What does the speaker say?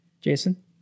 Jason